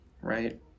Right